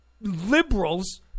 ...liberals